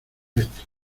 esto